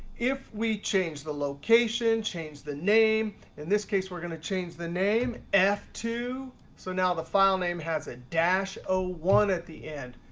if we change the location, change the name in this case, we're going to change the name, f two. so now the file name has a ah one. at the end.